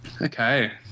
okay